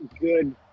good